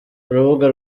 urubuga